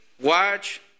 watch